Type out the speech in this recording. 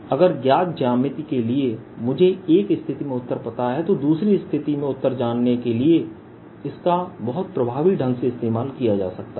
अगर ज्ञात ज्यामिति के लिए मुझे एक स्थिति में उत्तर पता है तो दूसरी स्थिति में उत्तर जानने के लिए इसका बहुत प्रभावी ढंग से इस्तेमाल किया जा सकता है